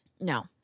No